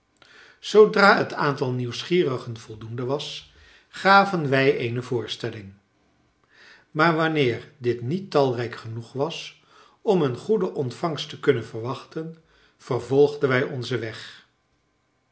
zoodra het aantal nieuwsgierigen voldoende was gaven wij eene voorstelling maar wanneer dit niet talrijk genoeg was om een goede ontvangst te kunnen verwachten vervolgden wij onzen weg